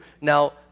Now